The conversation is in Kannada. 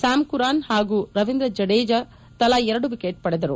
ಸ್ಕಾಮ್ ಕುರಾನ್ ಪಾಗೂ ರವೀಂದ್ರ ಜಡೇಜಾ ತಲಾ ಎರಡು ವಿಕೆಟ್ ಪಡೆದರು